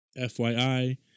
FYI